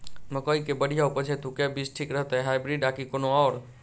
मकई केँ बढ़िया उपज हेतु केँ बीज ठीक रहतै, हाइब्रिड आ की कोनो आओर?